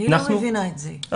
אני לא מבינה את זה.